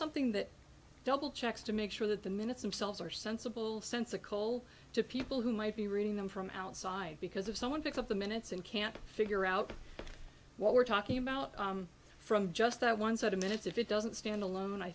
something that double checks to make sure that the minutes themselves are sensible sensical to people who might be reading them from outside because if someone picks up the minutes and can't figure out what we're talking about from just that one set of minutes if it doesn't stand alone i